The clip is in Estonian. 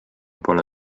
pole